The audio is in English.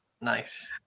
Nice